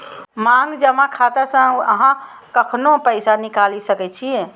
मांग जमा खाता सं अहां कखनो पैसा निकालि सकै छी